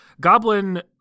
Goblin